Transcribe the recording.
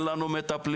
אין לנו מטפלים,